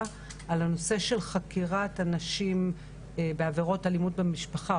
על הנושא של חקירת אנשים בעבירות אלימות במשפחה,